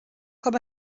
com